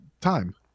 time